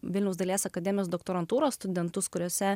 vilniaus dailės akademijos doktorantūros studentus kuriose